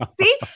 See